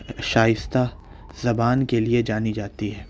شائستہ زبان کے لئے جانی جاتی ہے